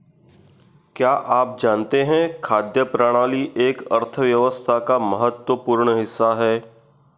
क्या आप जानते है खाद्य प्रणाली एक अर्थव्यवस्था का महत्वपूर्ण हिस्सा है?